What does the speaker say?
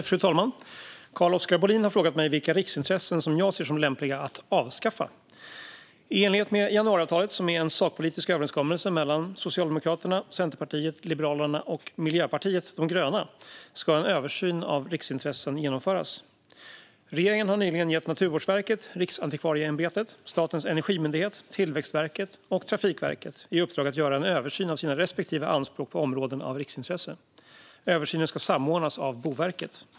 Fru talman! Carl-Oskar Bohlin har frågat mig vilka riksintressen jag ser som lämpliga att avskaffa. I enlighet med januariavtalet, som är en sakpolitisk överenskommelse mellan Socialdemokraterna, Centerpartiet, Liberalerna och Miljöpartiet de gröna, ska en översyn av riksintressen genomföras. Regeringen har nyligen gett Naturvårdsverket, Riksantikvarieämbetet, Statens energimyndighet, Tillväxtverket och Trafikverket i uppdrag att göra en översyn av sina respektive anspråk på områden av riksintresse. Översynen ska samordnas av Boverket.